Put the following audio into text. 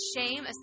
shame